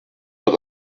wird